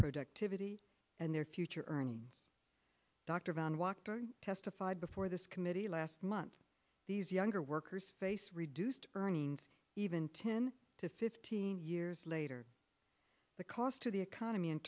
productivity and their future earnings dr von wachter testified before this committee last month these younger workers face reduced earnings even ten to fifteen years later the cost to the economy in